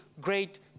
great